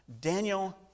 Daniel